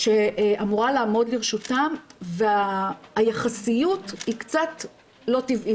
שאמורה לעמוד לרשותם והיחסיות היא קצת לא טבעית,